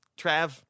Trav